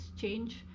change